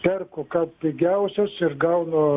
perku kad pigiausios ir gaunu